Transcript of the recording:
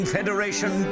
Federation